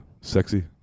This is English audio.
sexy